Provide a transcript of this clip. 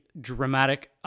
dramatic